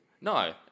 No